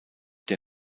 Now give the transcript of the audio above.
der